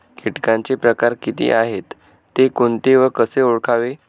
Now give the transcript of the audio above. किटकांचे प्रकार किती आहेत, ते कोणते व कसे ओळखावे?